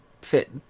fit